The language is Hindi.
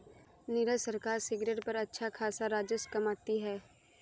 नीरज सरकार सिगरेट पर अच्छा खासा राजस्व कमाती है